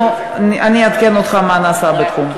ברור, ואני אעדכן אותך מה נעשה בתחום.